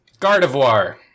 Gardevoir